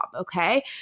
okay